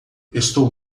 estou